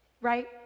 Right